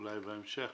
אולי בהמשך,